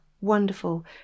wonderful